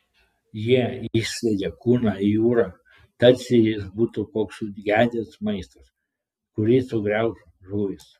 jie išsviedė kūną į jūrą tarsi jis būtų koks sugedęs maistas kurį sugrauš žuvys